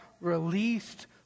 released